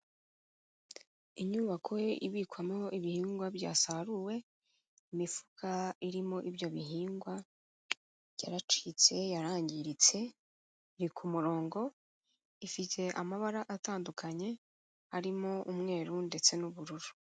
Inyubako ibikwamo ibihingwa byasaruwe, imifuka irimo ibyo bihingwa yaracitse yarangiritse, iri ku murongo ifite amabara atandukanye arimo umweru ndetse n'ubururu.